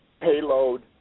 payload